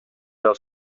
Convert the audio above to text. els